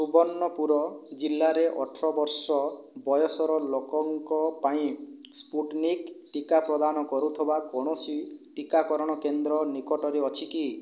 ସୁବର୍ଣ୍ଣପୁର ଜିଲ୍ଲାରେ ଅଠର ବର୍ଷ ବୟସର ଲୋକଙ୍କ ପାଇଁ ସ୍ପୁଟନିକ୍ ଟିକା ପ୍ରଦାନ କରୁଥିବା କୌଣସି ଟିକାକରଣ କେନ୍ଦ୍ର ନିକଟରେ ଅଛି କି